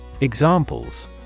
Examples